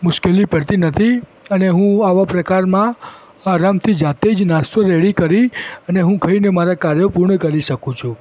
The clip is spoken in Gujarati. મુશ્કેલી પડતી નથી અને હું આવા પ્રકારમાં આરામથી જાતે જ નાસ્તો રૅડી કરી અને હું ખાઈને મારા કાર્યો પૂર્ણ કરી શકું છું